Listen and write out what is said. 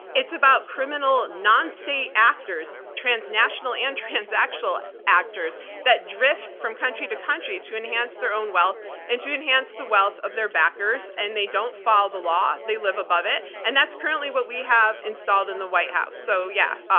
it's about criminal non-state actors, transnational and transactional actors that drift from country to country to enhance their own wealth and to enhance the wealth of their backers. and they don't follow the law they live above it. and that's currently what we have installed in the white house. so, yeah.